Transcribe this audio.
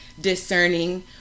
discerning